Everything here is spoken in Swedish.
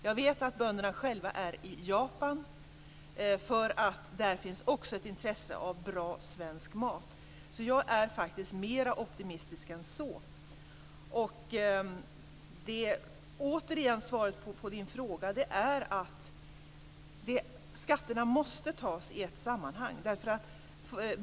Jag vet att bönderna själva är i Japan, för att där finns också ett intresse av bra svensk mat. Så jag är faktiskt mera optimistisk än så. Svaret på din fråga är, återigen, att skatterna måste tas i ett sammanhang.